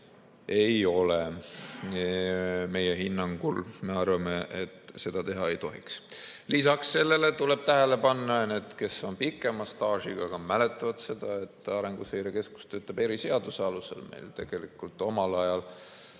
ei ole meie hinnangul õige. Me arvame, et seda teha ei tohiks. Lisaks sellele tuleb tähele panna – need, kes on pikema staažiga, mäletavad seda –, et Arenguseire Keskus töötab eriseaduse alusel. Omal ajal